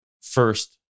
first